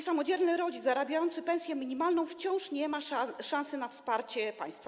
Samodzielny rodzic zarabiający pensję minimalną wciąż nie ma szansy na wsparcie państwa.